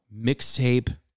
mixtape